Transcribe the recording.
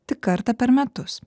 tik kartą per metus